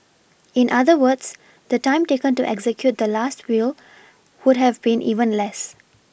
in other words the time taken to execute the last will would have been even less